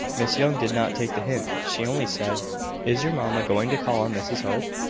miss young did not take the hint. she only said is your mamma going to call on mrs hope?